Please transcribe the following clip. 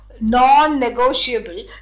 non-negotiable